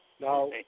Now